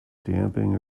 damping